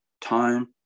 time